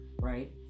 right